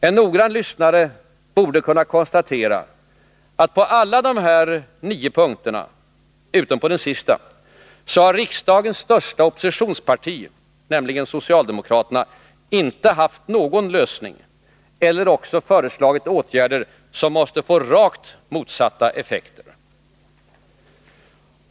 En noggrann lyssnare kan konstatera, att på alla dessa punkter — utom på den sista — har riksdagens största oppositionsparti socialdemokraterna icke haft någon lösning eller också föreslagit åtgärder som måste få rakt motsatta effekter.